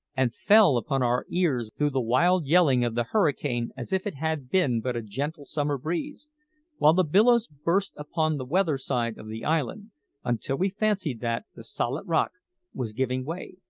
and fell upon our ears through the wild yelling of the hurricane as if it had been but a gentle summer breeze while the billows burst upon the weather side of the island until we fancied that the solid rock was giving way,